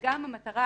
וגם המטרה